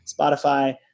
Spotify